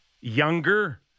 younger